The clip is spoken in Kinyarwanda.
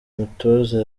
mutoza